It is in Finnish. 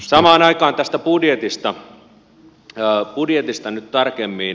samaan aikaan tästä budjetista nyt tarkemmin